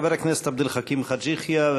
חבר הכנסת עבד אל חכים חאג' יחיא,